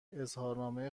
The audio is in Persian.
اظهارنامه